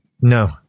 No